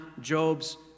Job's